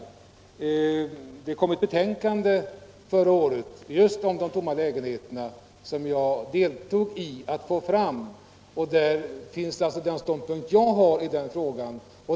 Förra året kom det ett betänkande som jag deltog i att få fram och som handlar just om de tomma lägenheterna. Där finns den ståndpunkt jag har i frågan.